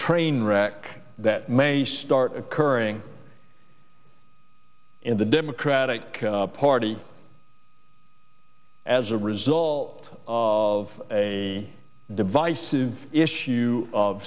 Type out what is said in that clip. train wreck that may start occurring in the democratic party as a result of a divisive issue